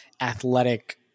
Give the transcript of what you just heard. athletic